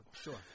Sure